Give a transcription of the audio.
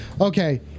Okay